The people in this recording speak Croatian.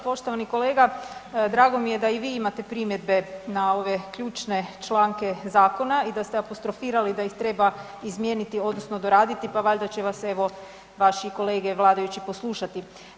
Poštovani kolega drago mi je da i vi imate primjedbe na ove ključne članke zakona i da ste apostrofirali da ih treba izmijeniti odnosno doraditi pa valjda će vas evo vaši kolege vladajući poslušati.